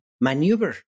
maneuver